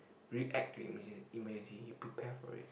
react to emency~ emergency you prepare for it